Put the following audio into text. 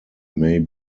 may